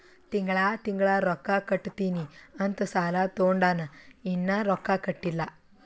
ತಿಂಗಳಾ ತಿಂಗಳಾ ರೊಕ್ಕಾ ಕಟ್ಟತ್ತಿನಿ ಅಂತ್ ಸಾಲಾ ತೊಂಡಾನ, ಇನ್ನಾ ರೊಕ್ಕಾ ಕಟ್ಟಿಲ್ಲಾ